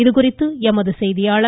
இதுகுறித்து எமது செய்தியாளர்